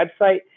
website